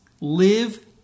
Live